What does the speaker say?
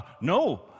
no